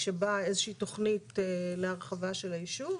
כשבאה איזו שהיא תכנית להרחבה של היישוב,